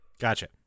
Gotcha